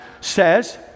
says